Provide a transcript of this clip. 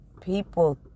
people